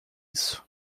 isso